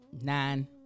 nine